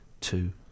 Two